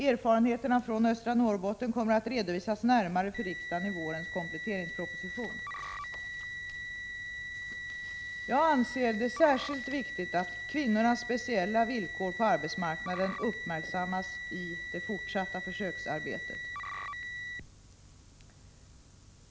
Erfarenheterna från östra Norrbotten kommer att redovisas närmare för riksdagen i vårens kompletteringsproposition. Jag anser att det är särskilt viktigt att kvinnornas speciella villkor på arbetsmarknaden uppmärksammas i den fortsatta försöksverksamheten.